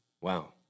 Wow